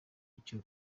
icyo